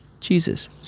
Jesus